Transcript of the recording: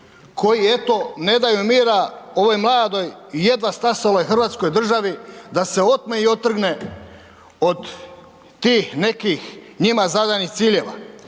koji eto ne daju mira ovoj mladoj i jedva stasaloj hrvatskoj državi da se otme i otrgne od tih nekih njima zadanih ciljeva.